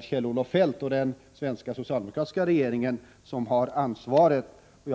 Kjell-Olof Feldt och den socialdemokratiska regeringen som här i Sverige har ansvaret.